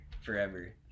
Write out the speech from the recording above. forever